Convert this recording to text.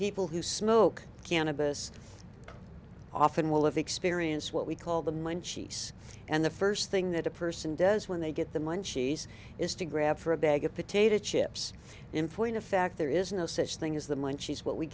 people who smoke cannabis often will of experience what we call the munchies and the first thing that a person does when they get the munchies is to grab for a bag of potato chips in point of fact there is no such thing as the munchies what we